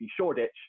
Shoreditch